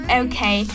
okay